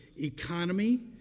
economy